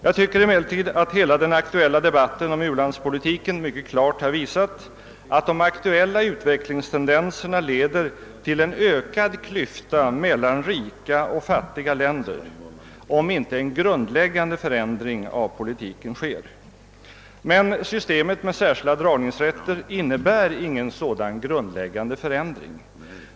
Jag tycker emellertid att hela den aktuella debatten om u-landspolitiken mycket klart har visat, att de aktuella utvecklingstendenserna leder till en ökad klyfta mellan rika och fattiga länder — om inte en grundläggande förändring av politiken sker. Men systemet med särskilda dragningsrätter innebär ingen sådan grundläggande förändring.